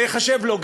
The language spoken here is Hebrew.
זה ייחשב לו,